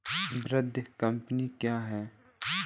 वित्तीय कम्पनी क्या है?